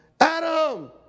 Adam